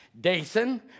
Dason